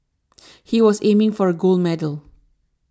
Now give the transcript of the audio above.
he was aiming for a gold medal